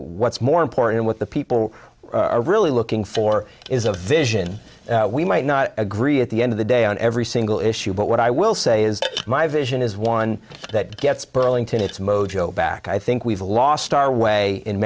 what's more important what the people are really looking for is a vision we might not agree at the end of the day on every single issue but what i will say is my vision is one that gets burlington its mojo back i think we've lost our way in